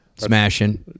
Smashing